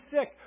sick